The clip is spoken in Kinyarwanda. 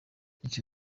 icyo